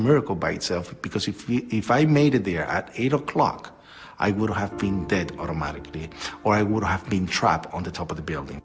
miracle by itself because if we if i made it there at eight o'clock i would have been dead automatically or i would have been trapped on the top of the building